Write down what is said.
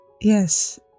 yes